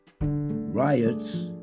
riots